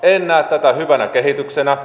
en näe tätä hyvänä kehityksenä